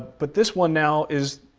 but this one now is,